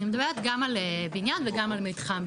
אני מדברת גם על בנייןו גם על מתחם.